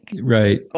right